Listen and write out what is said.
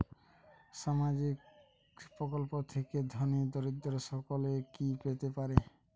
সামাজিক প্রকল্প থেকে ধনী দরিদ্র সকলে কি পেতে পারে?